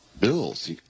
Bills